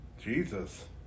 Jesus